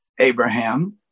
Abraham